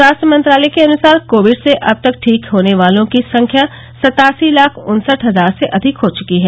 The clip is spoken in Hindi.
स्वास्थ्य मंत्रालय के अनुसार कोविड से अब तक ठीक होने वालों की संख्या सतासी लाख उन्सठ हजार से अधिक हो चुकी है